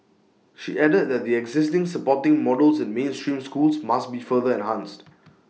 she added that the existing supporting models in mainstream schools must be further enhanced